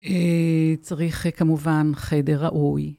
צריך כמובן חדר ראוי.